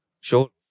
Sure